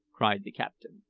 cried the captain.